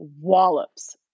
wallops